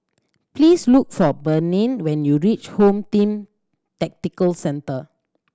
please look for Breanne when you reach Home Team Tactical Centre